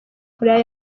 koreya